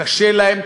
קשה להם,